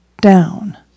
down